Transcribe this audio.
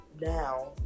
now